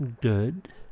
good